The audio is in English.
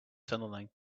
tunneling